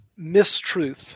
mistruth